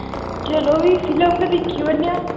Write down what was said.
चलो फिरी फिल्म दिक्खी औन्ने आं